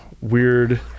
weird